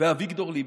ואביגדור ליברמן.